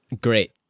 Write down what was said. Great